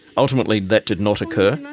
ultimately that did not occur,